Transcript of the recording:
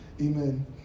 Amen